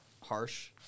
harsh